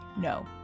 No